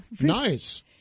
Nice